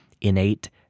innate